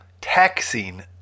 taxing